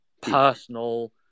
personal